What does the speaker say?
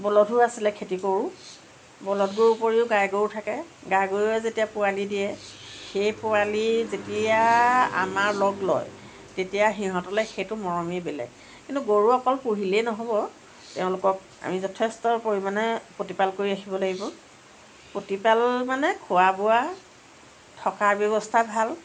বলধো আছিলে খেতি কৰোঁ বলধ গৰুৰ উপৰিও গাই গৰু থাকে গাই গৰুৱে যেতিয়া পোৱালী দিয়ে সেই পোৱালী যেতিয়া আমাৰ লগ লয় তেতিয়া সিহঁতলৈ সেইটো মৰমেই বেলেগ কিন্তু গৰু অকল পুহিলেই নহ'ব তেওঁলোকক আমি যথেষ্ট পৰিমাণে প্ৰতিপাল কৰি ৰাখিব লাগিব প্ৰতিপাল মানে খোৱা বোৱা থকাৰ ব্য়ৱস্থা ভাল